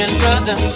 brother